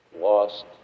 lost